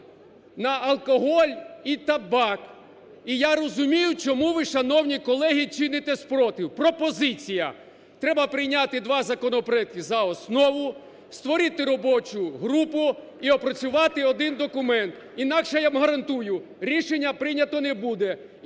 на алкоголь і табак. І я розумію, чому ви, шановні колеги, чините спротив. Пропозиція. Треба прийняти два законопроекти за основу. Створити робочу групу і опрацювати один документ. Інакше, я вам гарантую, рішення прийнято не буде.